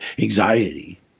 anxiety